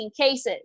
cases